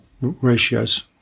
ratios